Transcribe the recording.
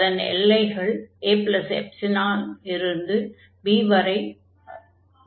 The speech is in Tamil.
அதன் எல்லைகள் aϵ இல் இருந்து b வரை இருக்கிறது